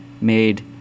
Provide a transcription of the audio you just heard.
made